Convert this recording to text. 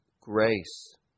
grace